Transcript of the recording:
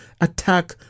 attack